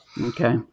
Okay